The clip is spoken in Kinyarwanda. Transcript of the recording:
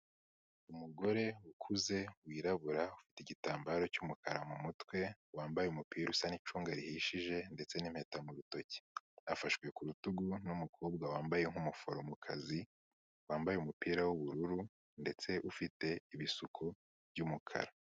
Umugore ukuze wirabura ufite igitambaro cy'umukara mu mutwe, wambaye umupira usa n'icunga rihishije ndetse n'impeta mu rutoki. Afashwe ku rutugu n'umukobwa wambaye nk'umuforomokazi, wambaye umupira w'ubururu ndetse ufite ibisuko by'umukara.